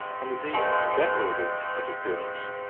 and, indeed, venerable of appearance,